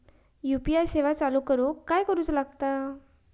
UPI सेवा चालू करूक काय करूचा लागता?